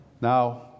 Now